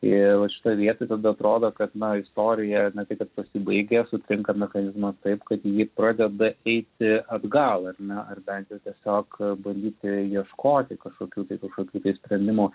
ir vat šitoj vietoj tada atrodo kad na istorija ne tai kad pasibaigia sutrinka mechanizmas taip kad ji pradeda eiti atgal ar ne ar bent jau tiesiog bandyti ieškoti kažkokių tai kažkokių tai sprendimų